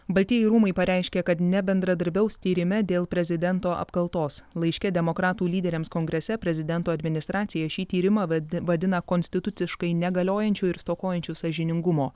baltieji rūmai pareiškė kad nebendradarbiaus tyrime dėl prezidento apkaltos laiške demokratų lyderiams kongrese prezidento administracija šį tyrimą vadi vadina konstituciškai negaliojančiu ir stokojančius sąžiningumo